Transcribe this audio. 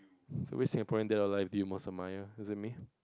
so which Singaporean dead or alive do you most admire is it me